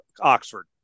Oxford